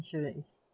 insurance